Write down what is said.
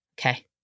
okay